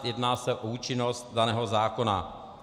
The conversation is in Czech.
Jedná se o účinnost daného zákona.